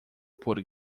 por